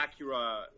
Acura